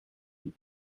eat